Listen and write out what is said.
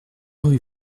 rue